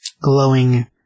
glowing